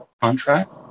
contract